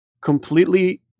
completely